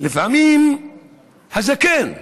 לפעמים הזקן,